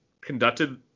conducted